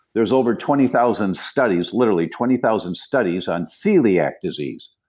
there's over twenty thousand studies, literally, twenty thousand studies on celiac disease.